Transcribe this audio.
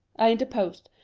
i interposed.